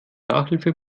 nachhilfe